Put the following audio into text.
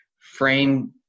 frame